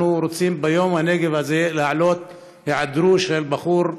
אנחנו רוצים ביום הנגב הזה להעלות את היעדרו של הבחור,